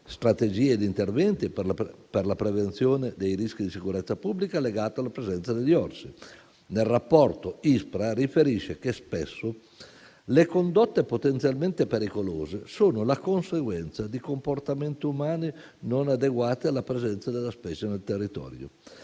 strategie di intervento e per la prevenzione dei rischi per la sicurezza pubblica legati alla presenza degli orsi. Nel rapporto, l'ISPRA riferisce che spesso le condotte potenzialmente pericolose sono la conseguenza di comportamenti umani non adeguati alla presenza della specie nel territorio,